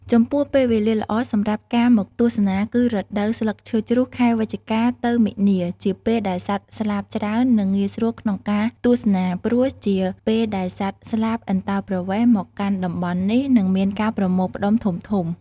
ចំពោះពេលវេលាល្អសម្រាប់ការមកទស្សនាគឺរដូវស្លឹកឈើជ្រុះខែវិច្ឆិកាទៅមីនា ជាពេលដែលសត្វស្លាបច្រើន និងងាយស្រួលក្នុងការទស្សនាព្រោះជាពេលដែលសត្វស្លាបអន្តោប្រវេសន៍មកកាន់តំបន់នេះ និងមានការប្រមូលផ្ដុំធំៗ។